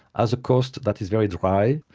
has a coast that is very dry,